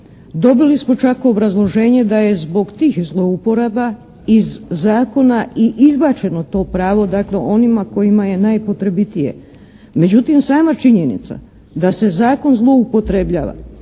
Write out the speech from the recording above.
Dobili smo čak obrazloženje da je zbog tih zlouporaba iz zakona i izbačeno to pravo dakle onima kojima je najpotrebitije. Međutim, sama činjenica da se zakon zloupotrebljava